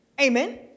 Amen